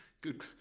Good